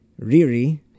Riri